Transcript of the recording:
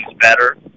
better